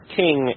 king